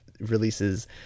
releases